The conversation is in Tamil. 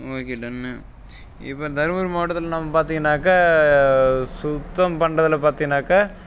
ஓகே டன்னு இப்போ தருமபுரி மாவட்டத்தில் நம் பார்த்தீங்கன்னாக்கா சுத்தம் பண்ணுறதுல பார்த்தீன்னாக்கா